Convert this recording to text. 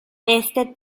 este